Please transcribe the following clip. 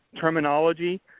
terminology